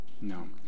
no